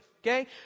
Okay